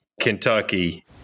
Kentucky